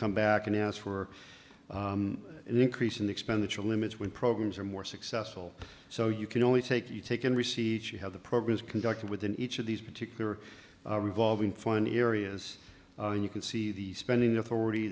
come back and ask for an increase in expenditure limits when programs are more successful so you can only take the taken receipts you have the progress conducted within each of these particular revolving funny areas and you can see the spending authority